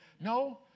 No